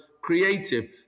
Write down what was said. creative